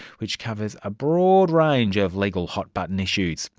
which covers a broad range of legal hot-button issues